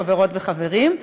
חברות וחברים,